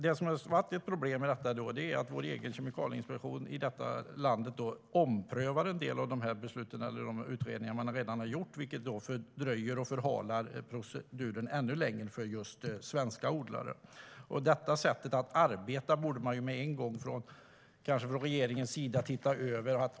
Det som har varit ett problem i detta är att vårt lands egen kemikalieinspektion omprövar en del av dessa beslut eller utredningar som redan har genomförts, vilket fördröjer och förhalar proceduren ännu mer för just svenska odlare. Detta sätt att arbeta borde regeringen titta över med en gång.